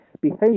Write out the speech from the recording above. behave